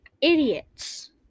idiots